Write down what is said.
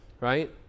right